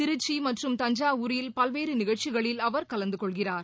திருச்சிமற்றும் தஞ்சாவூரில் பல்வேறுநிகழ்ச்சிகளில் அவர் கலந்துகொள்கிறார்